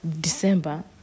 December